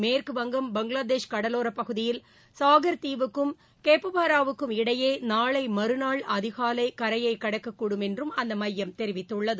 மேற்குவங்கம் பங்களாதேஷ் கடலோரப் பகுதியில் சாகர் தீவுக்கும் கேப்புபாராவுக்கும் இடையே நாளை மறுநாள் அதிகாலை கரையை கடக்கக்கூடும் என்றும் அந்த மையம் தெரிவித்துள்ளது